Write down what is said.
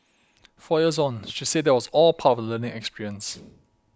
four years on she said that was all part of the learning experience